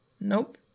Nope